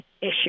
issue